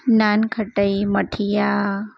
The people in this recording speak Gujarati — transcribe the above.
નાનખટાઈ મઠિયા